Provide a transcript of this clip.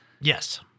Yes